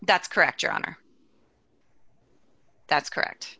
that's correct your honor that's correct